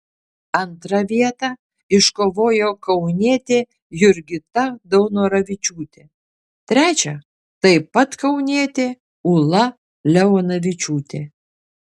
antrą vietą iškovojo kaunietė jurgita daunoravičiūtė trečią taip pat kaunietė ūla leonavičiūtė